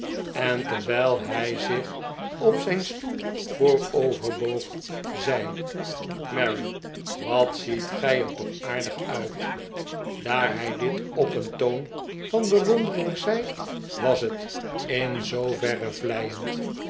en terwijl hij zich op zijn stoel vooroverboog zei mary wat ziet gij er toch aardig uit daar hij dit op een toon van bewondering zei was het in zooverre vleiend